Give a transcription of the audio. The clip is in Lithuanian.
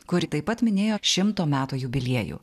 kuri taip pat minėjo šimto metų jubiliejų